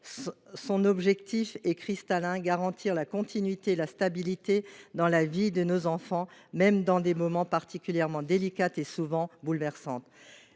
Son objectif est clair : garantir la continuité et la stabilité dans la vie de nos enfants, même dans des moments particulièrement délicats et souvent bouleversants.